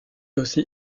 aussi